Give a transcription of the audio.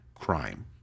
crime